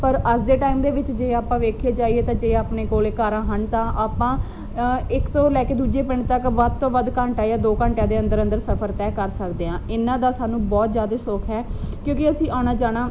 ਪਰ ਅੱਜ ਦੇ ਟਾਈਮ ਦੇ ਵਿੱਚ ਜੇ ਆਪਾਂ ਵੇਖਿਆ ਜਾਈਏ ਤਾਂ ਜੇ ਆਪਣੇ ਕੋਲ ਕਾਰ ਤਾਂ ਆਪਾਂ ਇੱਕ ਤੋਂ ਲੈ ਕੇ ਦੂਜੇ ਪਿੰਡ ਤੱਕ ਵੱਧ ਤੋਂ ਵੱਧ ਘੰਟਾ ਜਾਂ ਦੋ ਘੰਟਿਆਂ ਦੇ ਅੰਦਰ ਸਫ਼ਰ ਤਹਿ ਕਰ ਸਕਦੇ ਹਾਂ ਇਹਨਾਂ ਦਾ ਸਾਨੂੰ ਬਹੁਤ ਜ਼ਿਆਦਾ ਸੁੱਖ ਹੈ ਕਿਉਂਕਿ ਅਸੀਂ ਆਉਣਾ ਜਾਣਾ